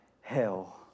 hell